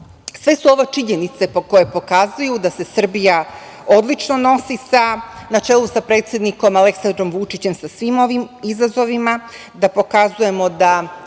su ovo činjenice koje pokazuju da se Srbija odlično nosi, na čelu sa predsednikom Aleksandrom Vučićem, sa svim ovim izazovima, da pokazujemo da